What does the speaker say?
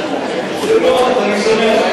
נחוקק, יפה מאוד, אז אני שמח.